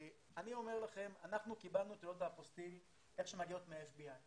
אני אומר לכם שאנחנו קיבלנו תעודות באפוסטיל שמגיעות מה-FBI.